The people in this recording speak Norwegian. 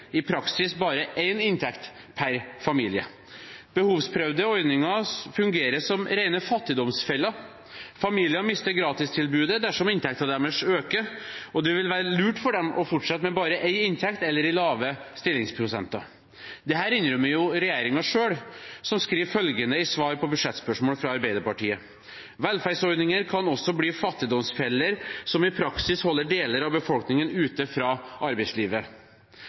i praksis bare én inntekt per familie. Behovsprøvde ordninger fungerer som rene fattigdomsfeller. Familier mister gratistilbud dersom inntekten deres øker, og det vil være lurt for dem å fortsette med bare én inntekt eller i lave stillingsprosenter. Dette innrømmer regjeringen selv, som skriver følgende i svar på budsjettspørsmål fra Arbeiderpartiet: «Velferdsordninger kan også bli fattigdomsfeller som i praksis holder deler av befolkningen ute fra arbeidslivet.»